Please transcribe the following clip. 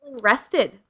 rested